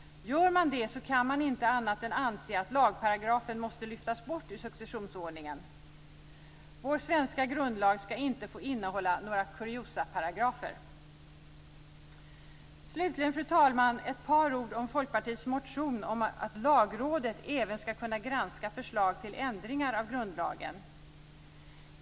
Om man gör det kan man inte annat än anse att lagparagrafen måste lyftas bort ur successionsordningen. Vår svenska grundlag ska inte få innehålla några kuriosaparagrafer. Slutligen, fru talman, vill jag säga ett par ord om Folkpartiets motion om att Lagrådet även ska kunna granska förslag till ändringar i grundlagen.